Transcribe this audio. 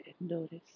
notice